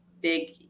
big